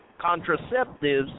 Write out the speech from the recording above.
contraceptives